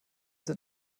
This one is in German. sind